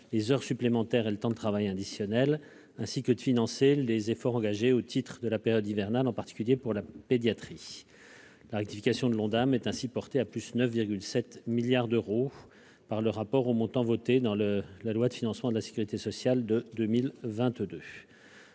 les heures supplémentaires et le temps de travail additionnel, et de financer les efforts engagés au titre de la période hivernale, en particulier pour la pédiatrie. L'Ondam serait ainsi rectifié de 9,7 milliards d'euros par rapport au montant voté dans la loi de financement de la sécurité sociale pour 2022.